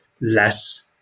less